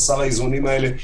חסר האיזונים האלה,